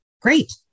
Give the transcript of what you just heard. great